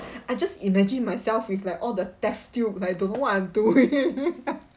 I just imagine myself with like all the test tube I don't know what I'm doing